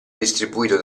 distribuito